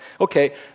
Okay